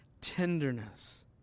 tenderness